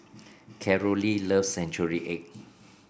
Carolee loves Century Egg